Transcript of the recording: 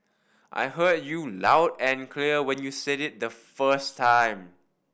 I heard you loud and clear when you said it the first time